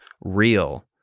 real